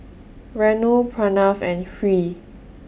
Renu Pranav and Hri